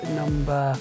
number